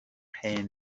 hen